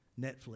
Netflix